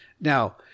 Now